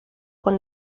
con